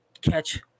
Catch